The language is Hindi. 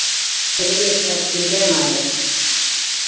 चलिए अच्छा ठीक है हम आ रहे हैं